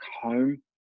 home